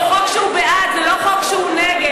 זה חוק שהוא בעד, זה לא חוק שהוא נגד.